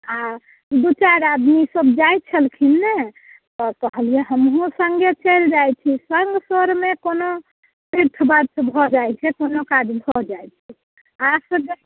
आ दू चारि आदमी सब जाइत छलखिन ने तऽ कहलियै हमहुँ सङ्गे चलि जाइत छी सङ्ग सोरमे कोनो तीर्थ व्रत भऽ जाइत छै कोनो काज भऽ जाइत छै आ असगर